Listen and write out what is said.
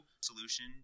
solution